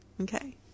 Okay